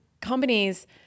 companies